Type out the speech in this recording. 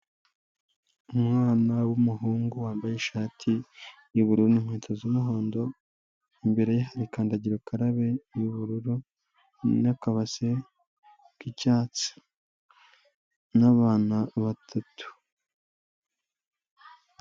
Umwana w'umuhungu wambaye ishati y'ubururu n'inkweto z'umuhondo, imbere hari kandagira ukarabe y'ubururu na kabase k'icyatsi n'abana batatu.